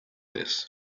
this